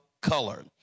color